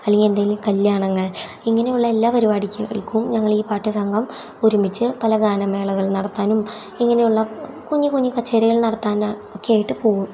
അല്ലെങ്കിൽ എന്തെങ്കിലും കല്യാണങ്ങൾ ഇങ്ങനെയുള്ള എല്ലാ പരിപാടിക്കും ഞങ്ങളീ പാട്ട് സംഘം ഒരുമിച്ച് പല ഗാനമേളകൾ നടത്താനും ഇങ്ങനെയുള്ള കുഞ്ഞി കുഞ്ഞി കച്ചേരികൾ നടത്താൻ ഒക്കെ ആയിട്ട് പോകും